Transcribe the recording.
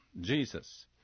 jesus